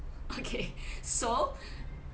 okay so